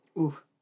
oof